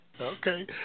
Okay